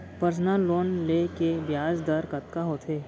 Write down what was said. Personal loan ले के ब्याज दर कतका होथे?